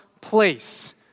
place